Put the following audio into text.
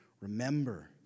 remember